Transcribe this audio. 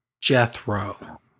Jethro